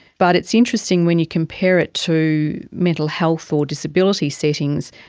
but it's interesting when you compare it to mental health or disability settings,